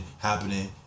happening